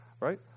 right